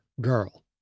Girl